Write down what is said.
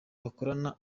bakorana